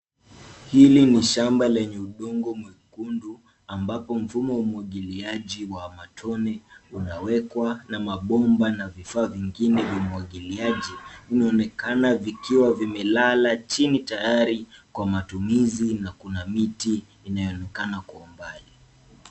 Hili ni shamba lenye udongo mwekundu ambapo mfumo wa umwagiliaji wa matone unawekwa na mabomba na vifaa vingine vya umwagiliaji, vinaonekana vikiwa vimelala chini tayari kwa matumizi na kuna miti inayoonekana kwa umbali.